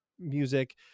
Music